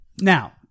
Now